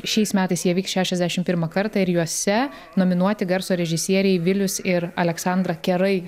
šiais metais jie vyks šešiasdešimt pirmą kartą ir juose nominuoti garso režisieriai vilius ir aleksandra kerai